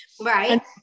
Right